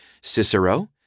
Cicero